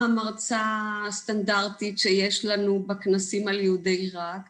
המרצה הסטנדרטית שיש לנו בכנסים על יהודי עיראק.